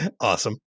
Awesome